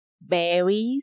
berries